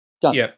Done